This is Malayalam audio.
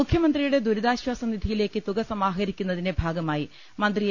മുഖ്യമന്ത്രിയുടെ ദുരിതാശ്ചാസ നിധിയിലേക്ക് തുക സമാഹരിക്കുന്നതിന്റെ ഭാഗമായി മന്ത്രി എ